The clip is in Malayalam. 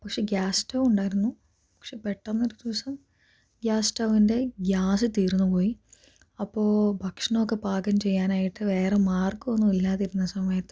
പക്ഷെ ഗ്യാസ് സ്റ്റൗ ഉണ്ടായിരുന്നു പക്ഷെ പെട്ടെന്നൊരു ദിവസം ഗ്യാസ്റ്റൗവിൻ്റെ ഗ്യാസ് തീർന്നുപോയി അപ്പോൾ ഭക്ഷണം ഒക്കെ പാകം ചെയ്യാനായിട്ട് വേറെ മാർഗ്ഗം ഒന്നും ഇല്ലാതിരുന്ന സമയത്ത്